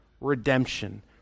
redemption